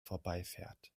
vorbeifährt